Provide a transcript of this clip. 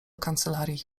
kancelarii